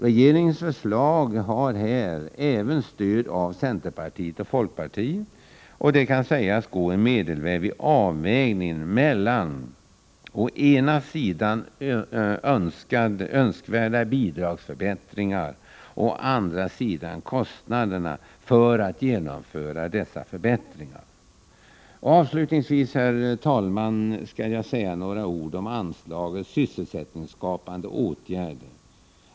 Regeringens förslag har här även stöd av centerpartiet och folkpartiet, och kan sägas gå en medelväg vid avvägningen mellan å ena sidan önskvärda bidragsförbättringar och å andra sidan kostnaderna för att genomföra dessa förbättringar. Avslutningsvis, herr talman, skall jag säga några ord om anslaget Sysselsättningsskapande åtgärder.